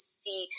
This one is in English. see